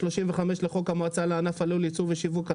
53 לחוק המועצה לענף הלול (ייצור ושיווק),